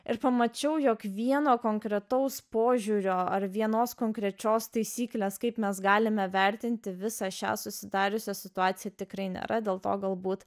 ir pamačiau jog vieno konkretaus požiūrio ar vienos konkrečios taisyklės kaip mes galime vertinti visą šią susidariusią situaciją tikrai nėra dėl to galbūt